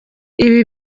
ibi